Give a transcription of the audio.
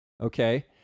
okay